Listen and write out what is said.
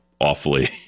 awfully